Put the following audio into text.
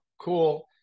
cool